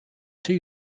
two